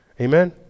Amen